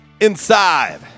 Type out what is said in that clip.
inside